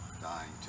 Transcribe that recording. dying